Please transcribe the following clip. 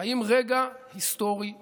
חיים רגע היסטורי מפליא.